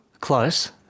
close